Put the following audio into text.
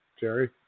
Jerry